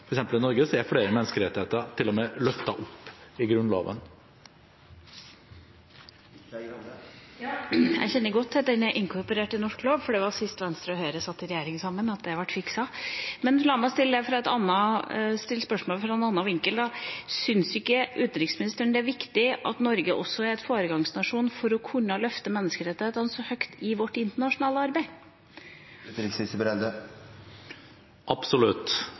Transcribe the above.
at i Norge er flere menneskerettigheter til og med løftet opp i Grunnloven. Jeg kjenner godt til at den er inkorporert i norsk lov, for det var sist gang Venstre og Høyre satt i regjering sammen at det ble fikset. Men la meg stille spørsmålet fra en annen vinkel: Syns ikke utenriksministeren at det er viktig at Norge også er en foregangsnasjon for å kunne løfte menneskerettighetene høyt i vårt internasjonale arbeid? Absolutt!